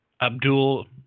Abdul